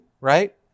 right